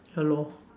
ya lor